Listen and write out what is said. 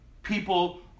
People